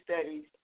Studies